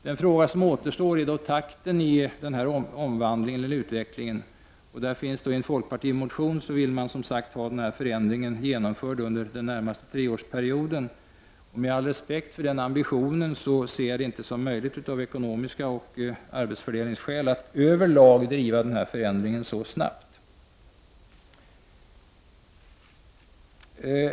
Den fråga som återstår gäller takten beträffande den här omvandlingen. I en folkpartimotion säger man att man vill ha den här förändringen genomförd under den närmaste treårsperioden. Med all respekt för den ambitionen måste jag nog ändå säga att jag inte anser att det är möjligt — såväl av ekonomiska skäl som av arbetsfördelningsskäl— att överlag driva fram nämnda förändring så snabbt.